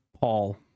Paul